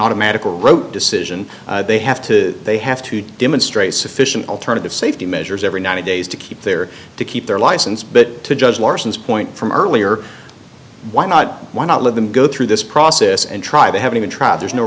automatic or wrote decision they have to they have to demonstrate sufficient alternative safety measures every ninety days to keep their to keep their license but to judge larson's point from earlier why not why not let them go through this process and try they haven't even tried there's no